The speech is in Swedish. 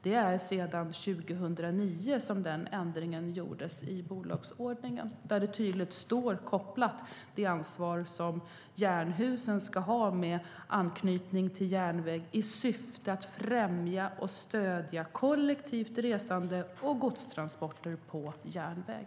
Den ändringen gjordes 2009 i bolagsordningen. Där står det tydligt vilket ansvar som Jernhusen ska ha med anknytning till järnväg i syfte att främja och stödja kollektivt resande och godstransporter på järnväg.